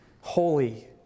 Holy